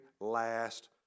last